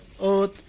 earth